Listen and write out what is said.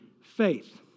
faith